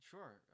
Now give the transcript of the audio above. Sure